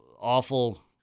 awful